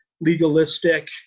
legalistic